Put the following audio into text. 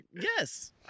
Yes